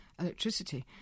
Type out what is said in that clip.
Electricity